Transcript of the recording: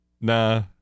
Nah